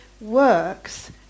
works